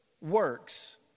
works